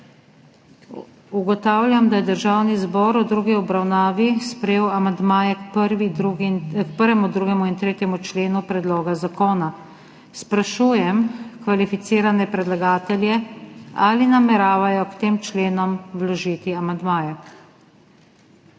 Ugotavljam, da je Državni zbor v drugi obravnavi sprejel amandmaje k 1., 2. in 3. členu predloga zakona. Sprašujem kvalificirane predlagatelje, ali nameravajo k tem členom vložiti amandmaje.